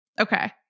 Okay